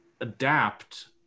adapt